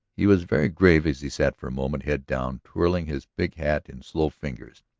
he was very grave as he sat for a moment, head down, twirling his big hat in slow fingers.